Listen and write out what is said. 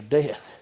death